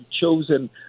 chosen